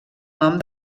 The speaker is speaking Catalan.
nom